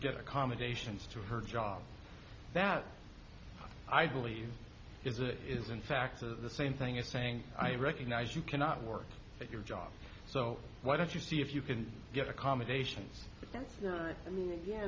get accommodations to her job that i believe is it is in fact of the same thing as saying i recognize you cannot work at your job so why don't you see if you can get accommodations